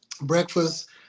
breakfast